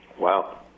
Wow